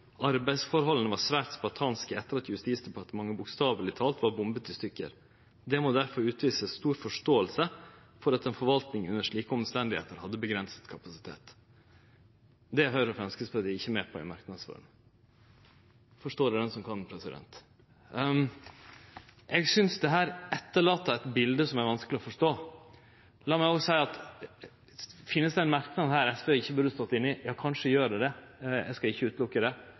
Arbeidsforholdene var svært spartanske etter at Justisdepartementet bokstavelig talt var bombet i stykker. Det må derfor utvises stor forståelse for at en forvaltning under slike omstendigheter hadde begrenset kapasitet.» Det er Høgre og Framstegspartiet ikkje med på i merknadsform. Forstå det den som kan. Eg synest dette etterlet eit bilde som er vanskeleg å forstå. Lat meg spørje: Finst det ein merknad her som SV kanskje ikkje burde ha vore med på? Ja, kanskje gjer det det. Eg kan ikkje sjå bort frå det.